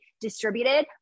distributed